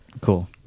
cool